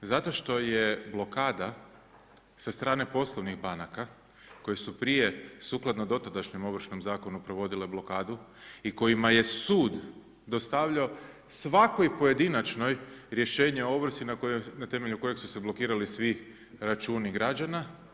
Zato što je blokada sa strane poslovnih banaka, koje su prije sukladno do tadašnjem Ovršnom zakonu provodile blokadu i kojima je sud dostavljao svako i pojedinačnoj rješenje o ovrsi na temelju kojeg su se blokirali svi računi građana.